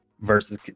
versus